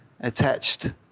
attached